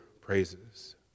praises